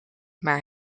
maar